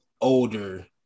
older